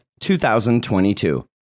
2022